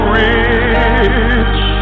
rich